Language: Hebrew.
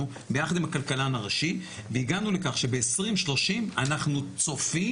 ביחד עם הכלכלן הראשי והגענו לכך שב-2030 אנחנו צופים,